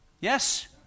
Yes